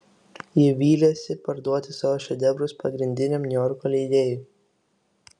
ji vylėsi parduoti savo šedevrus pagrindiniam niujorko leidėjui